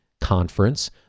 conference